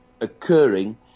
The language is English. occurring